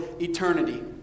eternity